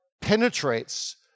penetrates